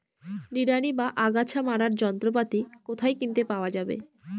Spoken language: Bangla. নিড়ানি বা আগাছা মারার যন্ত্রপাতি কোথায় কিনতে পাওয়া যাবে?